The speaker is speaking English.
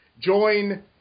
join